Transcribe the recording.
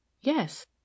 Yes